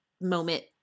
moment